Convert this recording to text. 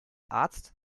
arzt